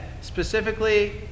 specifically